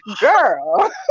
girl